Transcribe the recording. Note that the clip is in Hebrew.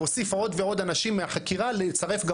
להוסיף עוד ועוד אנשים מהחקירה ולצרף גם